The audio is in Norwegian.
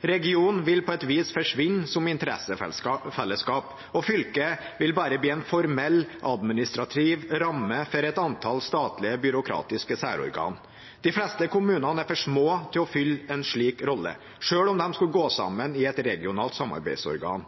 Regionen vil på et vis forsvinne som interessefellesskap, og fylket vil bare bli en formell administrativ ramme for et antall statlige byråkratiske særorgan. De fleste kommunene er for små til å fylle en slik rolle, selv om de skulle gå sammen i et regionalt samarbeidsorgan.